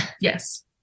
yes